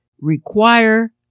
require